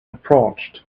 approached